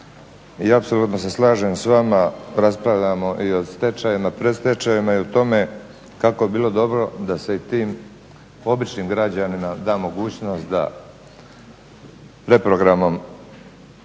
i apsolutno se slažem s vama, raspravljamo i o stečajevima, predstečajevima i o tome kako bi bilo dobro da se i tim običnim građanima da mogućnost da reprogramom